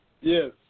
Yes